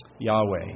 Yahweh